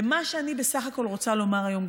ומה שאני בסך הכול רוצה לומר היום,